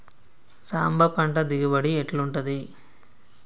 సాంబ పంట దిగుబడి ఎట్లుంటది?